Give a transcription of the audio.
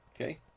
Okay